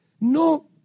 No